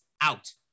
out